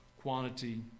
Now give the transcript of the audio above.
quantity